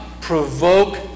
provoke